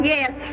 Yes